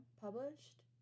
published